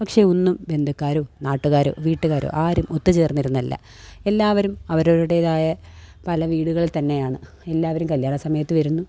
പക്ഷേ ഒന്നും ബന്ധുക്കാരോ നാട്ടുകാരോ വീട്ടുകാരോ ആരും ഒത്തു ചേർന്നിരുന്നില്ല എല്ലാവരും അവരവരുടേതായ പല വീടുകളിൽ തന്നെയാണ് എല്ലാവരും കല്യാണ സമയത്ത് വരുന്നു